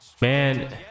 Man